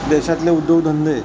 देशातले उद्योगधंदे